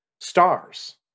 stars